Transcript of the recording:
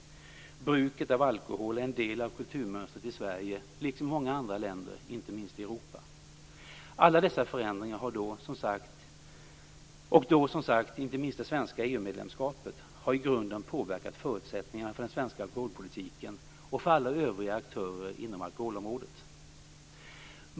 Bruket av alkohol är en del av kulturmönstret i Sverige, liksom i många andra länder, inte minst i Europa. Alla dessa förändringar och, som sagt, inte minst det svenska EU-medlemskapet har i grunden påverkat förutsättningarna för den svenska alkoholpolitiken och för alla övriga aktörer inom alkoholområdet.